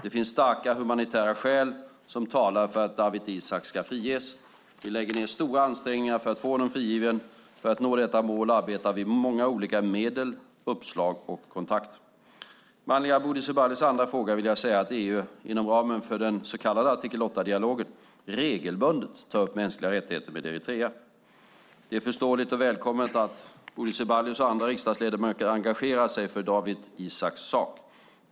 Det finns starka humanitära skäl som talar för att Dawit Isaak ska friges. Vi lägger ned stora ansträngningar för att få honom frigiven. För att nå detta mål arbetar vi med många olika medel, uppslag och kontakter. Med anledning av Bodil Ceballos andra fråga vill jag säga att EU, inom ramen för den så kallade artikel 8-dialogen, regelbundet tar upp mänskliga rättigheter med Eritrea. Det är förståeligt och välkommet att Bodil Ceballos och andra riksdagsledamöter engagerar sig för Dawit Isaaks sak.